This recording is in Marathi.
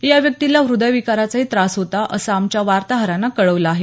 या व्यक्तीला हृदय विकाराचाही त्रास होता असं आमच्या वार्ताहरानं कळवलं आहे